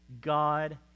God